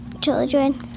children